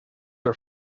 are